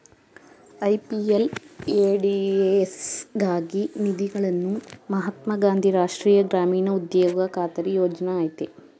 MPLADS ಗಾಗಿ ನಿಧಿಗಳನ್ನು ಮಹಾತ್ಮ ಗಾಂಧಿ ರಾಷ್ಟ್ರೀಯ ಗ್ರಾಮೀಣ ಉದ್ಯೋಗ ಖಾತರಿ ಯೋಜ್ನ ಆಯ್ತೆ